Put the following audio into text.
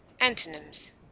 Antonyms